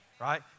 right